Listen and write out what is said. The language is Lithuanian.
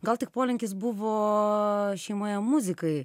gal tik polinkis buvo šeimoje muzikai